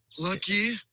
Lucky